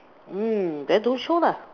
mm then don't show lah